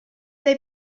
they